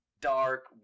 dark